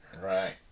Right